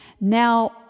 Now